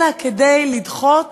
אלא כדי לדחות